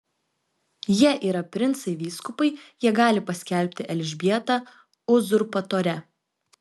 jie yra princai vyskupai jie gali paskelbti elžbietą uzurpatore